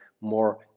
more